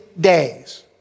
days